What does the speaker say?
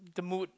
the mood